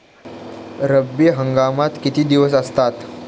रब्बी हंगामात किती दिवस असतात?